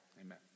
amen